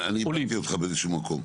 רגע, אני איבדתי אותך באיזה שהוא מקום.